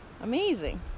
Amazing